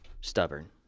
Stubborn